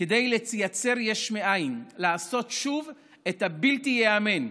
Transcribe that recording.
כדי לייצר יש מאין, לעשות שוב את הבלתי-ייאמן,